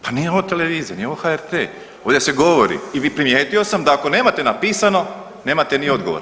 Pa nije ovo televizija, nije ovo HRT, ovdje se govori i primijetio sam da ako nemate napisano, nemate ni odgovor.